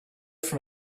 from